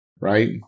Right